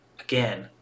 Again